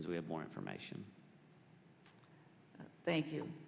as we have more information thank